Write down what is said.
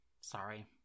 Sorry